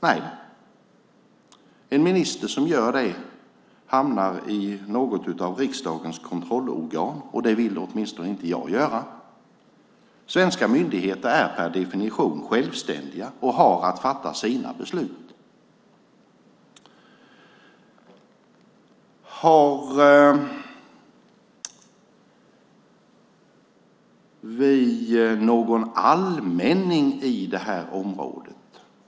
Nej, en minister som gör det hamnar i något av riksdagens kontrollorgan, och det vill åtminstone inte jag göra. Svenska myndigheter är per definition självständiga och har att fatta sina beslut. Har vi någon allmänning i det här området?